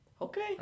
Okay